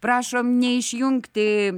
prašom neišjungti